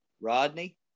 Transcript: Rodney